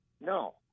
No